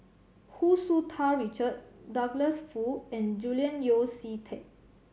Hu Tsu Tau Richard Douglas Foo and Julian Yeo See Teck